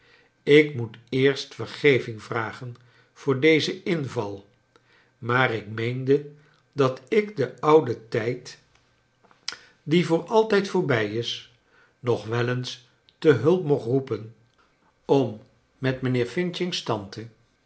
ik moet eerst vergeving vragen voor dezen inval maar ik meende dat ik den ouden tijd die voor altijd voorbij is nog wel eens te hulp mocht roepen om met mijnheer f's tante